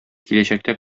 киләчәктә